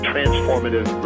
Transformative